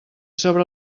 sobre